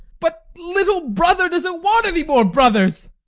but little brother doesn't want any more brothers.